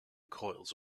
coils